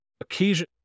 occasion